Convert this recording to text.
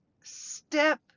step